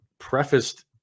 prefaced